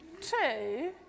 two